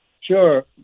Sure